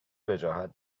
وجاهت